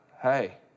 hey